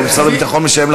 או משרד הביטחון משלם,